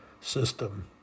system